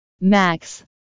max